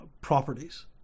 properties